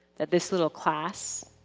that this little class,